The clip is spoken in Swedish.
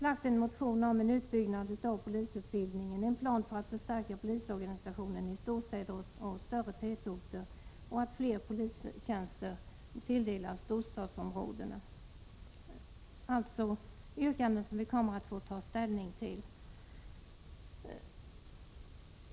1986/87:59 polisutbildningen, en plan för att förstärka polisorganisationen i storstäder 26 januari 1987 och större tätorter och om att fler polistjänster tilldelas storstadsområdena. Detta är alltså yrkanden som vi kommer att få ta ställning till.